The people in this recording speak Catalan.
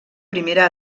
primera